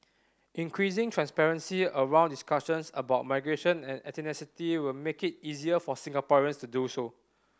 increasing transparency around discussions about migration and ethnicity will make it easier for Singaporeans to do so